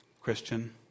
Christian